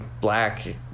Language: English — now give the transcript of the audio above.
black